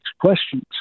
questions